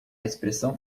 expressão